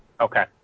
Okay